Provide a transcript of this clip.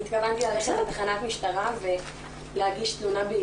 אני התכוונתי ללכת לתחנת משטרה ולהגיש תלונה.